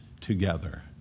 together